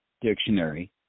dictionary